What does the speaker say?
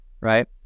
right